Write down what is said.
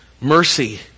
Mercy